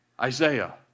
Isaiah